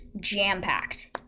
jam-packed